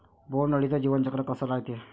बोंड अळीचं जीवनचक्र कस रायते?